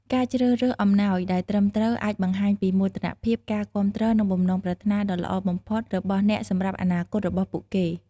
ការជ្រើសរើសអំណោយដែលត្រឹមត្រូវអាចបង្ហាញពីមោទនភាព ការគាំទ្រ និងបំណងប្រាថ្នាដ៏ល្អបំផុតរបស់អ្នកសម្រាប់អនាគតរបស់ពួកគេ។